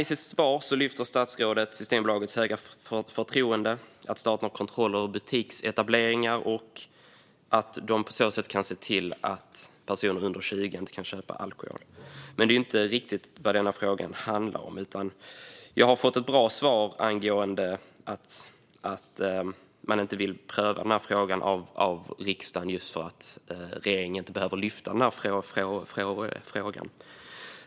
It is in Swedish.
I sitt svar nämnde statsrådet Systembolagets höga förtroende samt att staten har kontroll över butiksetableringar och att man på så sätt kan se till att personer under 20 inte kan köpa alkohol. Men det är ju inte riktigt vad denna fråga handlar om. Jag har fått ett bra svar angående att man inte vill pröva den här frågan i riksdagen just därför att regeringen inte behöver ta upp frågan.